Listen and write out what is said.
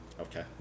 Okay